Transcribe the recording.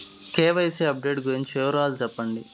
KYC update గురించి వివరాలు సెప్పండి?